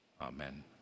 Amen